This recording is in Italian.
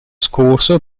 scorso